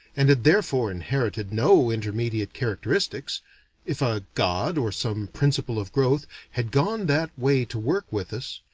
and had therefore inherited no intermediate characteristics if a god, or some principle of growth, had gone that way to work with us,